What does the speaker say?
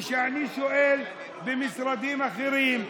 וכשאני שואל במשרדים אחרים,